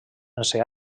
sense